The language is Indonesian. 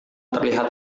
terlihat